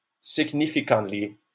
significantly